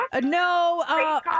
No